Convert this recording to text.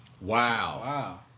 Wow